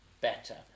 better